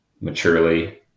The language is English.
maturely